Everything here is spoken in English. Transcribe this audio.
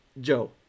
Joe